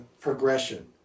progression